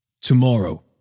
Tomorrow